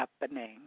happening